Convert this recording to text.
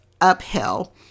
uphill